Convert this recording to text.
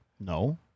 no